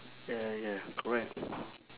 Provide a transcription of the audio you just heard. ya ya correct